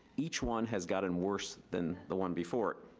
each one has gotten worse than the one before